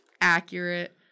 Accurate